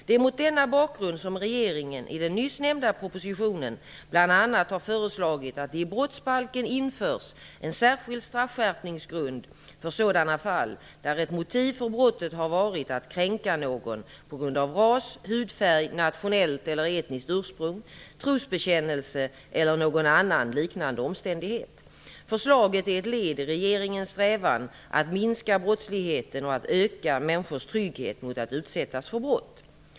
Det är mot denna bakgrund som regeringen, i den nyss nämnda propositionen, bl.a. har föreslagit att det i brottsbalken införs en särskild straffskärpningsgrund för sådana fall där ett motiv för brottet har varit att kränka någon på grund av ras, hudfärg, nationellt eller etniskt ursprung, trosbekännelse eller någon annan liknande omständighet. Förslaget är ett led i regeringens strävan att minska brottsligheten och att öka människors trygghet när det gäller att utsättas för brott.